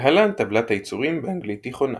להלן טבלת העיצורים באנגלית תיכונה